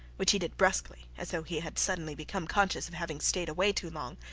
which he did brusquely, as though he had suddenly become conscious of having stayed away too long,